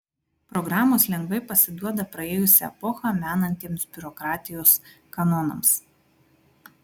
programos lengvai pasiduoda praėjusią epochą menantiems biurokratijos kanonams